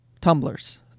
Tumblers